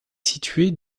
située